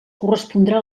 correspondrà